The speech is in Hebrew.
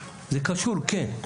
זה קשור כן,